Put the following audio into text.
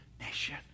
nation